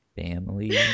family